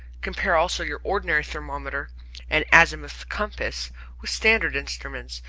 compare also your ordinary thermometer and azimuth-compass with standard instruments,